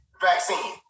vaccine